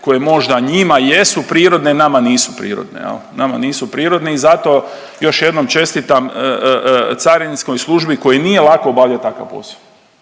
koje možda njima jesu prirodne, nama nisu prirodne jel, nama nisu prirodne i zato još jednom čestitam carinskoj službi kojoj nije lako obavljat takav posao,